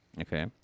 Okay